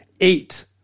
eight